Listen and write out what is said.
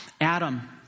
Adam